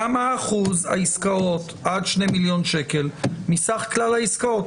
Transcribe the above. כמה אחוז העסקאות עד שני מיליון שקל מסך כלל העסקאות?